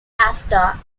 after